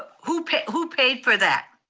who paid who paid for that?